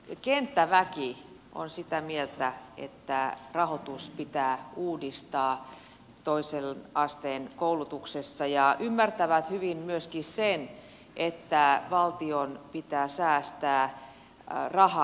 kenttäväki on sitä mieltä että rahoitus pitää uudistaa toisen asteen koulutuksessa ja ymmärtää hyvin myöskin sen että valtion pitää säästää rahaa